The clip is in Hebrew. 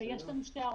כן.